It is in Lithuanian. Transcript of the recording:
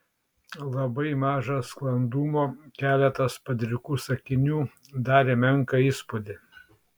labai maža sklandumo keletas padrikų sakinių darė menką įspūdį